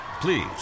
Please